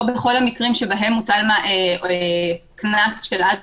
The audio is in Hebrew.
לא בכל המקרים שבהם מוטל קנס של עד